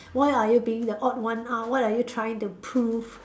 why are you being the odd one out what are you trying to prove